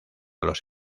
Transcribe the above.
los